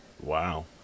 Wow